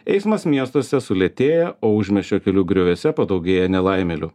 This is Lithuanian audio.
eismas miestuose sulėtėja o užmiesčio kelių grioviuose padaugėja nelaimėlių